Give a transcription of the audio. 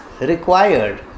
required